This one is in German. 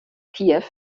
kiew